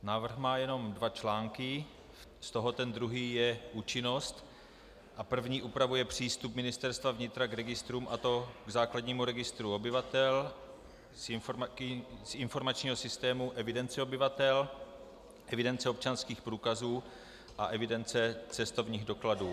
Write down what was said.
Návrh má jenom dva články, z toho ten druhý je účinnost a první upravuje přístup Ministerstva vnitra k registrům, a to k základnímu registru obyvatel, k informačnímu systému evidence obyvatel, k evidenci občanských průkazů a evidenci cestovních dokladů.